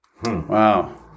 Wow